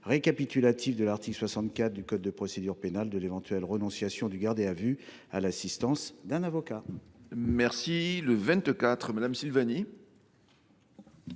récapitulatif de l’article 64 du code de procédure pénale de l’éventuelle renonciation du gardé à vue à l’assistance d’un avocat. L’amendement